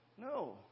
No